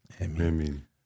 Amen